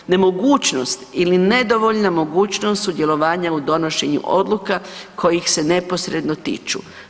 Nemogućnost ili nedovoljna mogućnost sudjelovanja u donošenju odluka koje ih se neposredno tiču.